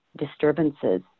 disturbances